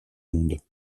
monde